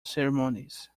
ceremonies